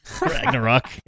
Ragnarok